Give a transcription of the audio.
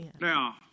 Now